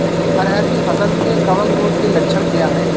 अरहर की फसल में कवक रोग के लक्षण क्या है?